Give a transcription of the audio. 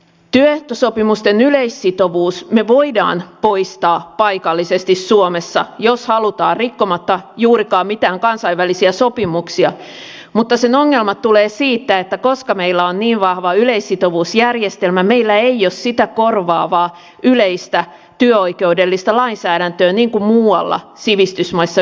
työehtosopimusten yleissitovuuden me voimme poistaa paikallisesti suomessa jos halutaan rikkomatta juurikaan mitään kansainvälisiä sopimuksia mutta sen ongelmat tulevat siitä että koska meillä on niin vahva yleissitovuusjärjestelmä meillä ei ole sitä korvaavaa yleistä työoikeudellista lainsäädäntöä niin kuin muualla sivistysmaissa yleisesti on